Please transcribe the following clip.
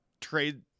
trade